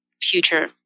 future